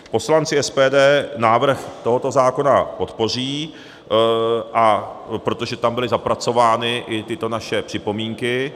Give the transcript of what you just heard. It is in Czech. Poslanci SPD návrh tohoto zákona podpoří, protože tam byly zapracovány i tyto naše připomínky.